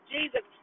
Jesus